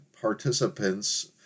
participants